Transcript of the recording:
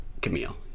Camille